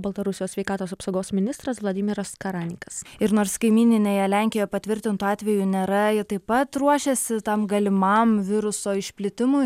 baltarusijos sveikatos apsaugos ministras vladimiras karanikas ir nors kaimyninėje lenkijoje patvirtintų atvejų nėra ji taip pat ruošiasi tam galimam viruso išplitimui